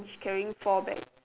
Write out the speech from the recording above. which carrying four bags